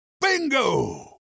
bingo